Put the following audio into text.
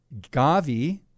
GAVI